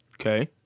Okay